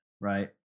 right